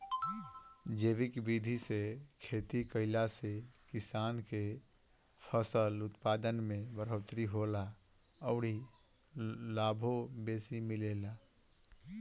जैविक विधि से खेती कईला से किसान के फसल उत्पादन में बढ़ोतरी होला अउरी लाभो बेसी मिलेला